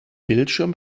bildschirm